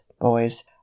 boys